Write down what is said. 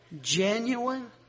genuine